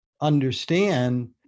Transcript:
understand